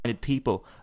people